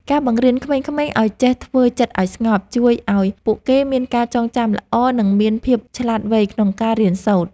ការបង្រៀនក្មេងៗឱ្យចេះធ្វើចិត្តឱ្យស្ងប់ជួយឱ្យពួកគេមានការចងចាំល្អ និង មានភាពឆ្លាតវៃក្នុងការរៀនសូត្រ។